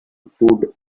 food